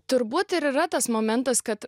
turbūt ir yra tas momentas kad